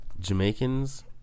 Jamaicans